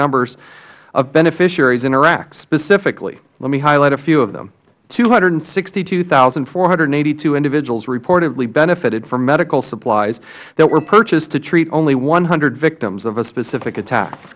numbers of beneficiaries in iraq let me high light a few of them two hundred and sixty two thousand four hundred and eighty two individuals reportedly benefitted from medical supplies that were purchased to treat only one hundred victims of a specific attack